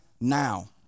now